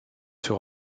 sur